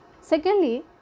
Secondly